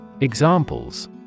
Examples